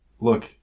look